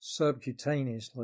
subcutaneously